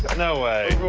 no way.